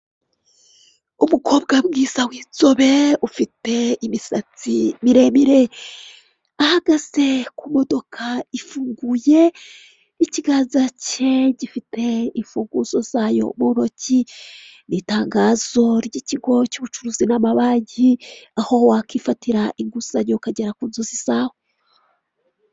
Umukobwa mwiza w'inzobe ufite imisatsi miremire ahagaze ku modoka ifunguye, ikiganza cye gifite imfunguzo zayo mu ntoki, n'itangazo ry'ikigo cy'ubucuruzi n'amabanki aho wakwifatira inguzanyo ukagera ku nzozi zawe.